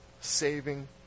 saving